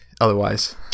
otherwise